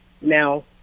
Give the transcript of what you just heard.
Now